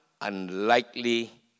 unlikely